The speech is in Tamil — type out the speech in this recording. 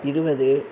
இருபது